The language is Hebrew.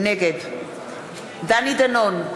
נגד דני דנון,